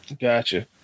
Gotcha